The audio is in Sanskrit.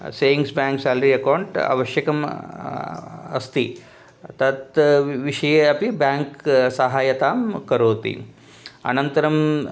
सेयिङ्ग्स् ब्याङ्क् सेलरी अकौण्ट् आवश्यकम् अस्ति तत् विषये अपि ब्याङ्क् सहायतां करोति अनन्तरम्